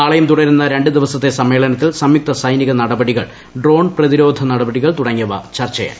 നാളെയും തുടരുന്ന രണ്ട് ദിവസത്തെ സമ്മേളനത്തിൽ സംയുക്ത സൈനിക നടപടികൾ ഡ്രോൺ പ്രതിരോധ നടപടികൾ തുടങ്ങിയവ ചർച്ചയായി